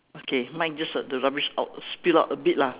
okay mine just a the rubbish out spill out a bit lah